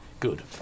Good